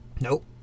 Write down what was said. Nope